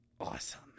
Awesome